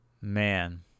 man